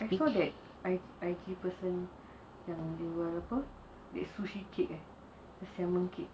I saw that I saw the I_T person macam mana dia apa sushi cake eh the salmon cake